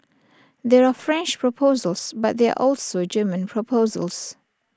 there are French proposals but there also German proposals